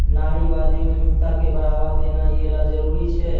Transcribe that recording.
नारीवादी उद्यमिता क बढ़ावा देना यै ल जरूरी छै